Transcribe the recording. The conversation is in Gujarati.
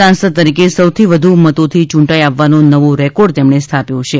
સાંસદ તરીકે સૌથી વધુ મતોથી યૂંટાઇ આવવાનો નવો રેકોર્ડ તેમણે સ્થાપ્યો છે